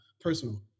personal